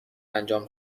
انجام